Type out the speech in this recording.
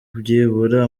byibura